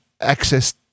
access